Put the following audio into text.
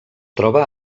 troba